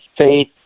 faith